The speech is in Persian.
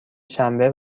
شنبه